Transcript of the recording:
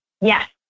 Yes